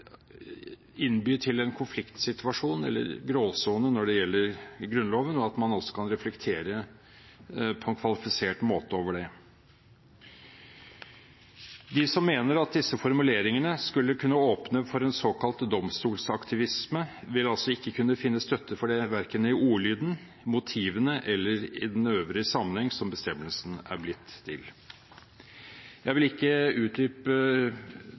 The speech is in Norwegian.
innby til en konfliktsituasjon, eller en gråsone, når det gjelder Grunnloven, og at man altså kan reflektere på en kvalifisert måte over det. De som mener at disse formuleringene skulle kunne åpne for en såkalt domstolsaktivisme, vil altså ikke kunne finne støtte for det verken i ordlyden, motivene eller i den øvrige sammenheng som bestemmelsen er blitt til i. Jeg vil ikke utdype